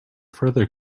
further